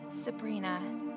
Sabrina